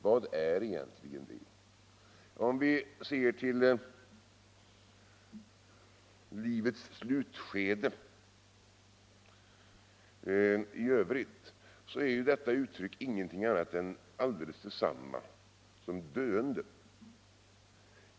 Vad är det egentligen? Om man ser till livets slutskede uttrycker formuleringen ingenting annat än själva döendet.